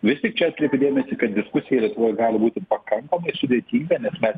vis tik čia atkreipiu dėmesį kad diskusija yra gali būti pakankamai sudėtinga nes mes